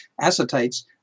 acetates